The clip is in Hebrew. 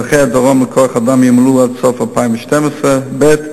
צורכי הדרום לכוח-אדם ימולאו עד סוף 2012, ב.